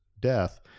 death